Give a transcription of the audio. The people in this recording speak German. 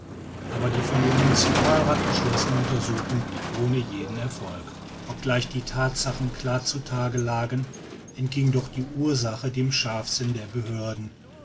aber die von dem municipalrath beschlossene untersuchung blieb ohne jeden erfolg obgleich die thatsachen klar zu tage lagen entgingen doch die ursachen dem scharfsinn der behörden